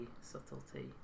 subtlety